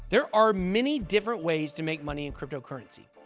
there are many different ways to make money in cryptocurrency.